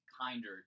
kinder